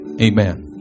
Amen